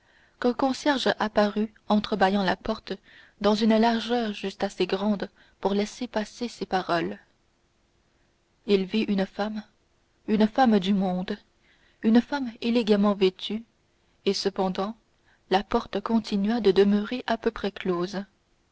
qu'un concierge apparut entrebâillant la porte dans une largeur juste assez grande pour laisser passer ses paroles il vit une femme une femme du monde une femme élégamment vêtue et cependant la porte continua demeurer à peu près close